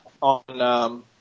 on